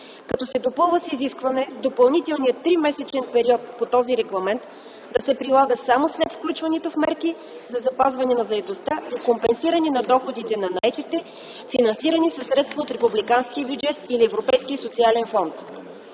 като се допълва с изискване допълнителният тримесечен период по този регламент да се прилага само след включването в мерки за запазване на заетостта и компенсиране на доходите на наетите, финансирани със средства от републиканския бюджет или Европейския социален фонд.